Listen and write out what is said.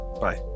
Bye